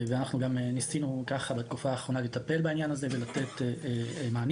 ואנחנו גם ניסינו בתקופה האחרונה לטפל בעניין הזה ולתת מענים.